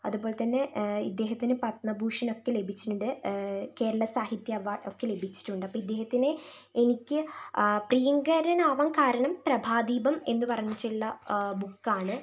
അതുപോലെതന്ന ഇദ്ദേഹത്തിന് പത്മഭൂഷൺ ഒക്കെ ലഭിച്ചിട്ടുണ്ട് കേരള സാഹിത്യ അവാർഡ് ഒക്കെ ലഭിച്ചിട്ടുണ്ട് അപ്പോൾ ഇദ്ദേഹത്തിന് എനിക്ക് പ്രിയങ്കരനാവാൻ കാരണം പ്രഭാദീപം എന്നുപറഞ്ഞിട്ടുള്ള ബുക്കാണ്